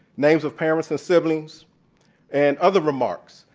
names of parents and siblings and other remarks.